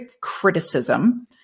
criticism